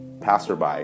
passerby